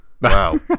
wow